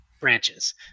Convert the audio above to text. branches